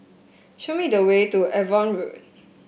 show me the way to Avon Road